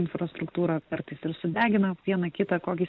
infrastruktūra kartais ir sudegina vieną kitą kokį